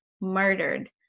murdered